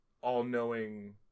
all-knowing